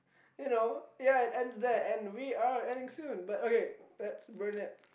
you know ya it ends there and we are ending soon but okay let's burn it